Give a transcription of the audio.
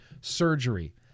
surgery